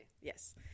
Yes